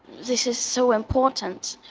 this is so important.